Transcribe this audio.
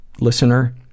Listener